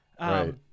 Right